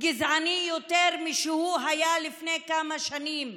גזעני יותר משהוא היה לפני כמה שנים.